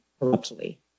corruptly